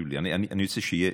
אני רוצה שתקשיב לי,